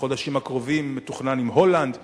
ובחודשים הקרובים מתוכנן עם הולנד ויוון.